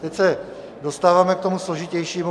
Teď se dostáváme k tomu složitějšímu.